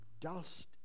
dust